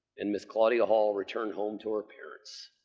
and miss claudia hall returned home to her parents.